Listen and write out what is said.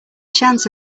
chance